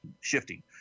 shifting